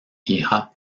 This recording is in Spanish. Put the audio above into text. hija